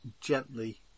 gently